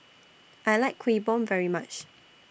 I like Kuih Bom very much